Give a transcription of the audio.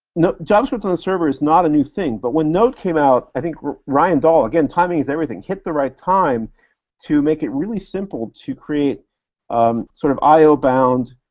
javascript on the server is not a new thing, but when node came out, i think ryan doll, again, timing is everything, hit the right time to make it really simple to create um sort of io-bound,